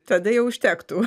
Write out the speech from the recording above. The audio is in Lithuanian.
tada jau užtektų